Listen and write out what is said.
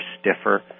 stiffer